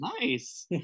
Nice